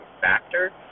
factor